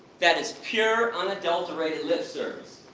that is pure, unadulterated, lip service!